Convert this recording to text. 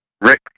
Rick